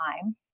time